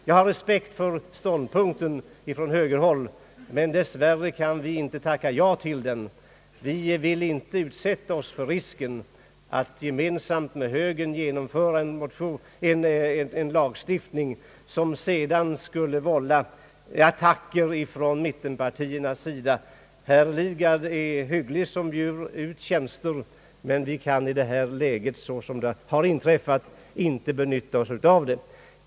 Jag har respekt för högern ståndpunkt, men dess värre kan vi inte tacka ja till den. Vi vill inte utsätta oss för risken att gemensamt med högern genomföra en lagstiftning som sedan skulle vålla attacker från mittenpartiernas sida. Det är hyggligt av herr Lidgard att bjuda ut tjänster, men vi kan i detta läge inte använda oss av dem.